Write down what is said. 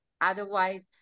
Otherwise